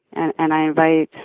and and i invite